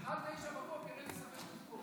עד 09:00 אין לי ספק שתזכור.